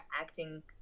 acting